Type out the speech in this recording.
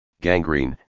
gangrene